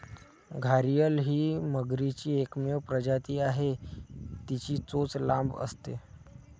घारीअल ही मगरीची एकमेव प्रजाती आहे, तिची चोच लांब असते